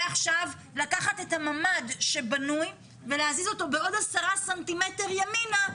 ועכשיו לקחת את הממ"ד שבנוי ולהזיז אותו בעוד 10 ס"מ ימינה,